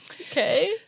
Okay